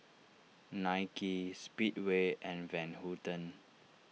Nike Speedway and Van Houten